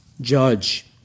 judge